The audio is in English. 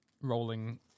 rolling